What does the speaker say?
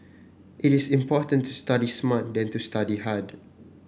it is important to study smart than to study hard